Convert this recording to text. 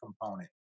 component